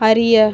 அறிய